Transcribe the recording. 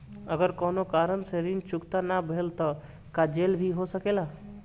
अगर कौनो कारण से ऋण चुकता न भेल तो का जेल भी हो सकेला?